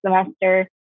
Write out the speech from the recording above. semester